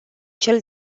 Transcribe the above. cel